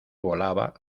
volaba